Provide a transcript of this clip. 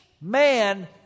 man